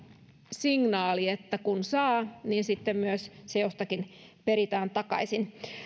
signaali että kun saa niin sitten myös se jostakin peritään takaisin